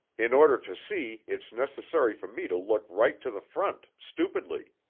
in order to see it's necessary for me to look right to the front, stupidly.